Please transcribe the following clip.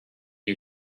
you